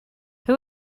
who